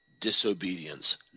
disobedience